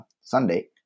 Sunday